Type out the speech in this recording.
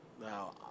Now